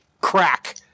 crack